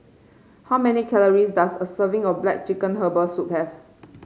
how many calories does a serving of black chicken Herbal Soup have